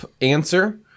answer